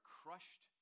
crushed